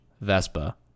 vespa